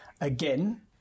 again